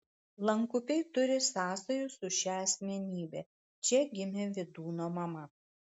lankupiai turi sąsajų su šia asmenybe čia gimė vydūno mama